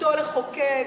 זכותו לחוקק,